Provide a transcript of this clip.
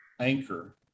Anchor